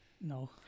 No